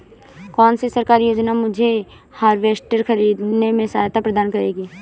कौन सी सरकारी योजना मुझे हार्वेस्टर ख़रीदने में सहायता प्रदान करेगी?